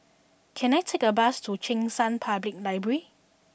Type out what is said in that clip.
can I take a bus to Cheng San Public Library